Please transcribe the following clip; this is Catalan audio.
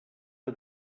que